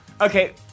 Okay